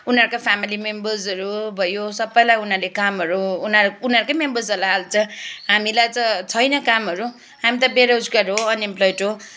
उनीहरूको फेमेली मेम्बर्सहरू भयो सबैलाई उनीहरूले कामहरू उनीहरू उनीहरूकै मेम्बर्सहरूलाई हाल्छ हामीलाई त छैन कामहरू हामी त बेरोजगार हो अनइम्प्लोइड हो